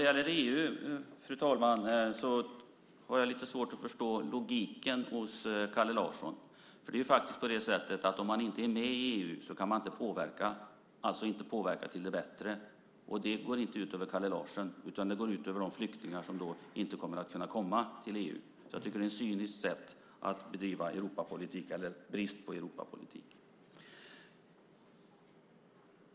Fru talman! Jag har lite svårt att förstå logiken i Kalle Larssons resonemang när det gäller EU. Om man inte är med i EU kan man ju inte påverka alls och alltså heller inte påverka till det bättre. Det går inte ut över Kalle Larsson utan över de flyktingar som då inte kan komma till EU. Jag tycker att detta är ett cyniskt sätt att bedriva Europapolitik, eller rättare sagt brist på Europapolitik.